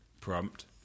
prompt